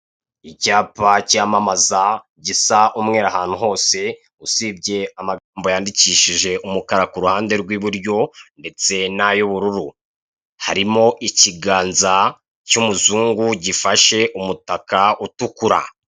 Icyapa cyamamaza gisa umweru ahantu hose, usibye amagambo yandikishije umukara ku ruhande rw'iburyo ndetse n'ay'ubururu. Harimo ikiganza cy'umuzungu gifashe umutaka utukura.